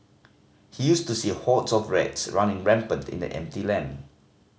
he used to see hordes of rats running rampant in the empty land